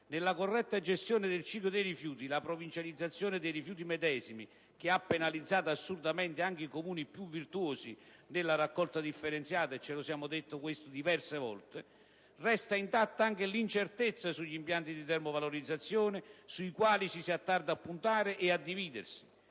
Nella corretta gestione del ciclo dei rifiuti, la provincializzazione dei medesimi ha penalizzato assolutamente anche i Comuni più virtuosi nella raccolta differenziata (e ce lo siamo detti diverse volte). Resta intatta anche l'incertezza sugli impianti di termovalorizzazione, sui quali ci si attarda a puntare e a dividersi: